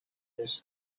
his